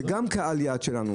זה גם קהל היעד שלנו.